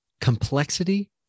Complexity